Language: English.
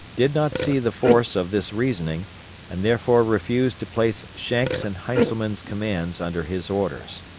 did not see the force of this reasoning and therefore refused to place schenck's and heintzelman's commands under his orders.